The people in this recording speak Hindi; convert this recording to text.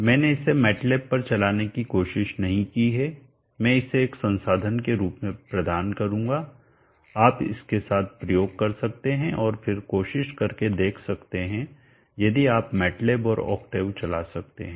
मैंने इसे मैटलैब पर चलाने की कोशिश नहीं की है मैं इसे एक संसाधन के रूप में प्रदान करूंगा आप इसके साथ प्रयोग कर सकते हैं और फिर कोशिश करके देख सकते हैं यदि आप मैटलैबऔर ऑक्टेव चला सकते हैं